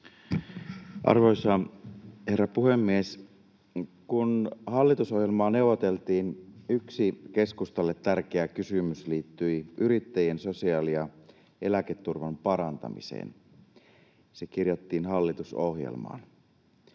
Arvoisa herra puhemies! Kun hallitusohjelmaa neuvoteltiin, yksi keskustalle tärkeä kysymys liittyi yrittäjien sosiaali- ja eläketurvan parantamiseen. Se kirjattiin hallitusohjelmaan.